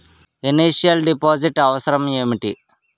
Initial deposit అవసరం ఏమిటి?